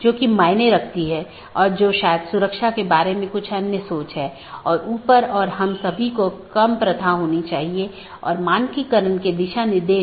जब एक BGP स्पीकरों को एक IBGP सहकर्मी से एक राउटर अपडेट प्राप्त होता है तो प्राप्त स्पीकर बाहरी साथियों को अपडेट करने के लिए EBGP का उपयोग करता है